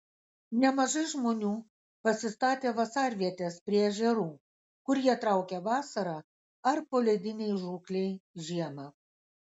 nemažai žmonių pasistatė vasarvietes prie ežerų kur jie traukia vasarą ar poledinei žūklei žiemą